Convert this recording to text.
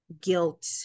guilt